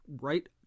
right